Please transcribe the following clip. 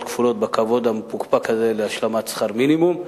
בכבוד המפוקפק הזה של השלמת שכר מינימום,